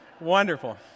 wonderful